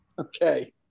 Okay